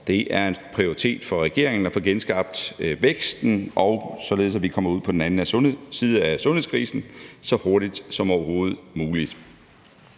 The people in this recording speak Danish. det er en prioritet for regeringen at få genskabt væksten og således, at vi kommer ud på den anden side af sundhedskrisen så hurtigt som overhovedet muligt.